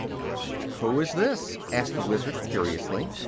who is this? asked the wizard, curiously.